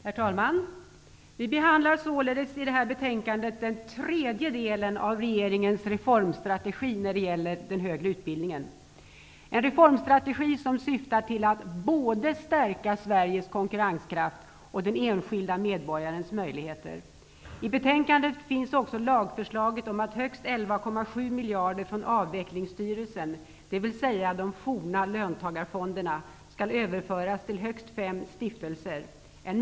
Herr talman! Vi behandlar i detta betänkande den tredje delen av regeringens reformstrategi när det gäller den högre utbildningen, en reformstrategi som syftar till att stärka både Sveriges konkurrenskraft och den enskilda medborgarens möjligheter. I betänkandet finns också lagförslaget om att högst 11,7 miljarder från avvecklingsstyrelsen -- dvs. de forna löntagarfondspengarna -- skall överföras till högst fem stiftelser.